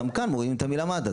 גם כאן רואים את המילה "מד"א".